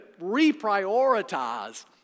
reprioritize